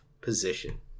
position